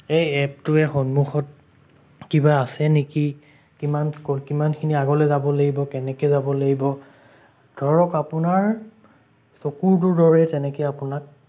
এই এপটোয়ে সন্মুখত কিবা আছে নেকি কিমানখিনি আগলৈ যাব লাগিব কেনেকৈ যাব লাগিব ধৰক আপোনাৰ চকুটোৰ দৰেই তেনেকৈ আপোনাক